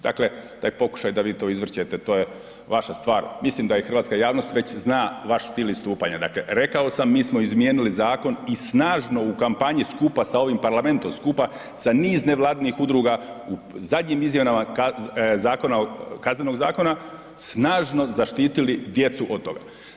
Dakle, taj pokušaj da vi to izvrćete, to je vaša stvar, mislim da je hrvatska javnost već zna vaš stil istupanja, dakle rekao sam, mi smo izmijenili zakon i snažno u kampanji skupa sa ovim Parlamentom, skupa sa nit nevladinih udrugama u zadnjim izmjenama KZ-a, snažno zaštitili djecu od toga.